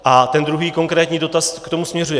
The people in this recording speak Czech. A ten druhý konkrétní dotaz k tomu směřuje.